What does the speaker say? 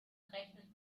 rechnet